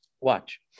Watch